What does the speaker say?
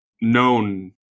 known